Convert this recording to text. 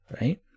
right